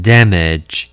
Damage